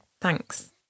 Thanks